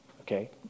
okay